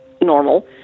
normal